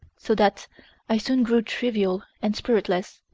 so that i soon grew trivial and spiritless,